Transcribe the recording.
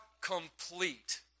complete